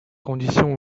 conditions